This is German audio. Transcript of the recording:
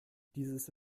dieses